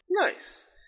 Nice